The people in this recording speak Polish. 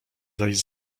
zaś